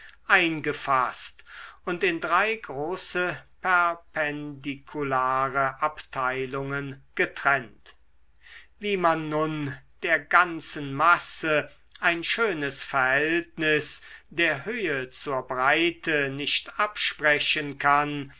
eingefaßt und in drei große perpendikulare abteilungen getrennt wie man nun der ganzen masse ein schönes verhältnis der höhe zur breite nicht absprechen kann